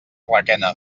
requena